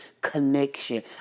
connection